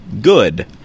good